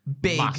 big